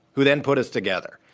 who then put us together,